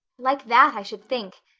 like that, i should think,